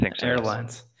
airlines